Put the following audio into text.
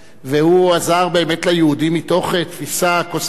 הוא עזר באמת ליהודים מתוך תפיסה קוסמופוליטית,